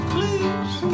Please